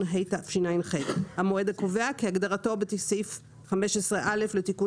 התשע"ח; "המועד הקובע" - כהגדרתו בסעיף 15(א) לתיקון